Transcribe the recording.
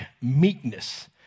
meekness